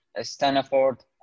Stanford